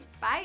Bye